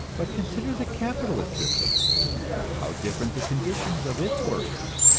but consider the capitalist system how different the conditions of its workers!